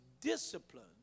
discipline